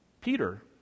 Peter